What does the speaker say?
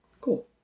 Cool